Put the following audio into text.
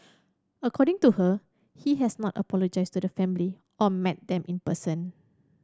according to her he has not apologised to the family or met them in person